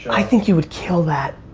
i think you would kill that.